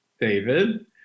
David